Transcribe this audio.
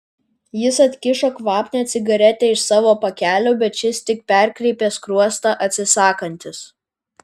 jis atkišo kvapnią cigaretę iš savo pakelio bet šis tik perkreipė skruostą atsisakantis